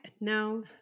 no